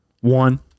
One